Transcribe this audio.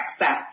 accessed